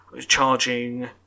charging